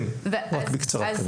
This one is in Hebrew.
כן רק בקצרה.